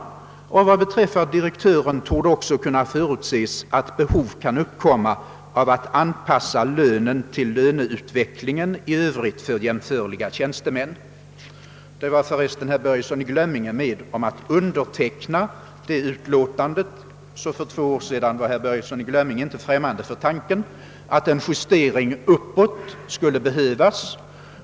Utskottet skriver: »Vad beträffar direktören torde också kunna förutses att behov kan uppkomma av att anpassa lönen till löneutvecklingen i övrigt för jämförliga tjänstemän.» Det utlåtandet var för övrigt herr Börjesson i Glömminge med om att underteckna. För två år sedan var alltså herr Börjesson inte främmande för tanken att en justering uppåt kunde behöva göras.